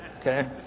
Okay